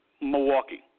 Milwaukee